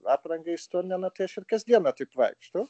apranga istorinena tai aš ir kasdieną taip vaikštau